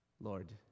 Lord